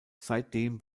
seitdem